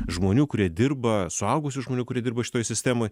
žmonių kurie dirba suaugusių žmonių kurie dirba šitoj sistemoj